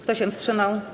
Kto się wstrzymał?